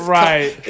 right